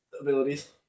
abilities